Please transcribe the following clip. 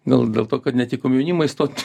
gal dėl to kad net į komjaunimą įstot